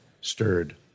stirred